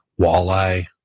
Walleye